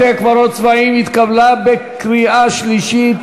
בתי-קברות (תיקון מס' 4) התקבלה בקריאה שלישית,